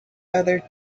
other